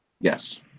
Yes